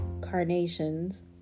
carnations